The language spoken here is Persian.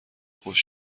خوش